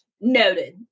noted